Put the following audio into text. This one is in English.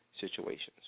situations